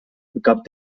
gab